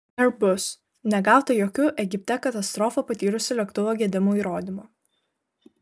airbus negauta jokių egipte katastrofą patyrusio lėktuvo gedimų įrodymo